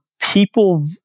people